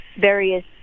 various